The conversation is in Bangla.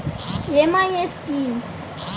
এম.আই.এস কি?